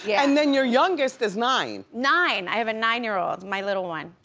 yeah and then your youngest is nine. nine, i have a nine-year-old, my little one.